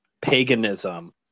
paganism